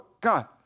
God